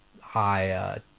high